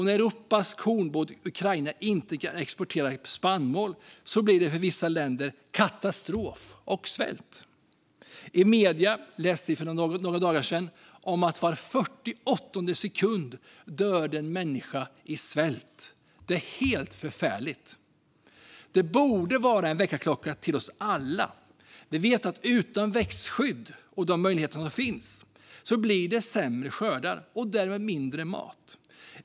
När Europas kornbod Ukraina inte kan exportera spannmål blir det katastrof och svält för vissa länder. I medierna kunde vi för några dagar sedan läsa att en människa dör av svält var 48:e sekund. Det är helt förfärligt. Det borde vara en väckarklocka för oss alla. Vi vet att utan växtskydd och de möjligheter som finns blir det sämre skördar och därmed mindre mat.